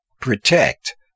Protect